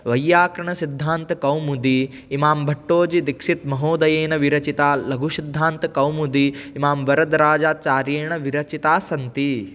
वैयाकरणसिद्धान्तकौमुदी इमां भट्टोजीदीक्षितमहोदयेन विरचिता लघुसिद्धान्तकौमुदी इमां वरदराजाचार्येन विरचिता सन्ति